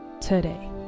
today